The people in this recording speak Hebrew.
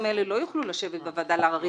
האלה לא יוכלו לשבת בוועדה לעררים.